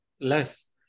less